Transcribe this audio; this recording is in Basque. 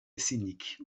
ezinik